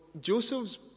Joseph's